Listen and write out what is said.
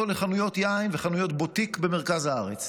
לחנויות יין וחנויות בוטיק במרכז הארץ.